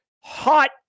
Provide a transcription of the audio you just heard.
hot